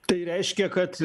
tai reiškia kad